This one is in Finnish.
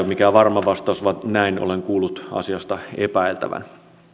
mikään varma vastaus mutta näin olen kuullut asiasta epäiltävän